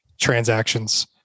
transactions